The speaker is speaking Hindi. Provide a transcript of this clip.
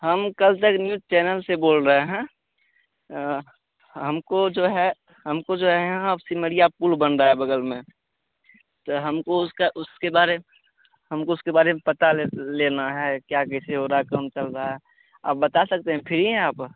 हम कल तक न्यूज़ चैनल से बोल रहे हैं हमको जो है हमको जो है यहाँ सिमरिया पुल बन रहा है बग़ल में तो हमको उसका उसके उसके बारे हमको उसके बारे में पता लें लेना है क्या कैसे हो रहा है कौन चल रहा है आप बता सकते हैं फिरी हैं आप